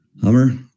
Hummer